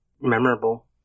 memorable